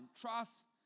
Trust